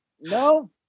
no